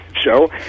show